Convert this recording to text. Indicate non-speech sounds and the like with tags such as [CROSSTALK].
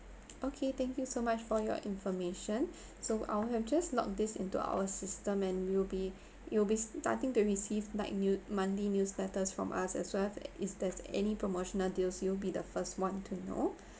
okay thank you so much for your information [BREATH] so I'll have just logged this into our system and you'll be you'll be starting to receive like new~ monthly newsletters from us as well if there's any promotional deals you'll be the first one to know [BREATH]